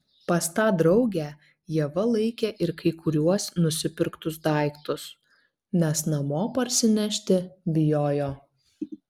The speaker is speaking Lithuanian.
pas tą draugę ieva laikė ir kai kuriuos nusipirktus daiktus nes namo parsinešti bijojo